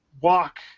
walk